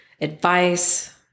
advice